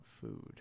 food